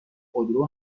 خودرو